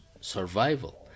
survival